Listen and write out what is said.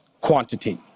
quantity